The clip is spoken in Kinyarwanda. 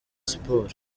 siporo